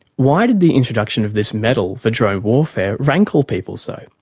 why did the introduction of this medal for drone warfare rankle people so?